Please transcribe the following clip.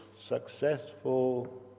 successful